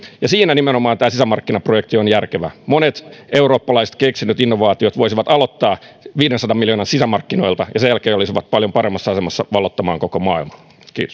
siinä nimenomaan tämä sisämarkkinaprojekti on järkevä monet eurooppalaiset keksinnöt innovaatiot voisivat aloittaa viidensadan miljoonan sisämarkkinoilta ja sen jälkeen olisivat paljon paremmassa asemassa valloittamaan koko maailman kiitos